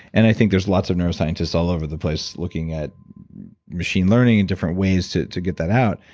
and i think there's lots of neuroscientists all over the place looking at machine learning, and different ways to to get that out.